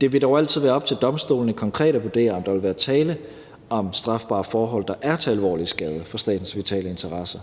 Det vil dog altid være op til domstolene konkret at vurdere, om der vil være tale om strafbare forhold, der er til alvorlig skade for statens vitale interesser.